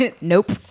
Nope